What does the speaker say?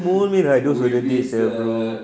moulmein those were the days lah bro